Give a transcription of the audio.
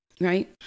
right